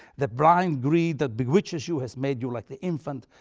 the blind greed that bewitches you has made you like the infant,